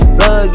Blood